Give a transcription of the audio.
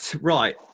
right